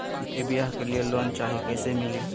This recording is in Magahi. बेटी ब्याह के लिए लोन चाही, कैसे मिली?